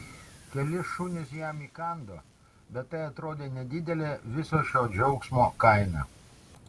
keli šunys jam įkando bet tai atrodė nedidelė viso šio džiaugsmo kaina